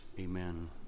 amen